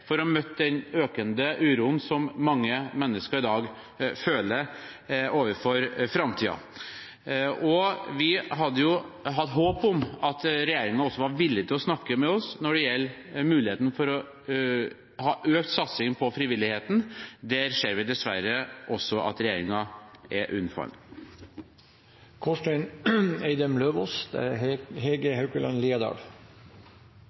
for å møte den økende uroen som mange mennesker i dag føler overfor framtiden. Vi hadde jo hatt et håp om at regjeringen også var villig til å snakke med oss når det gjelder muligheten for å ha økt satsing på frivilligheten. Der ser vi dessverre også at regjeringen er